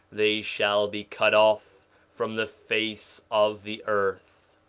they shall be cut off from the face of the earth.